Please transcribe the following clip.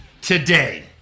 today